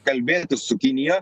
kalbėtis su kinija